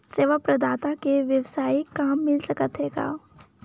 सेवा प्रदाता के वेवसायिक काम मिल सकत हे का?